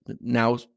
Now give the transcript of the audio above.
now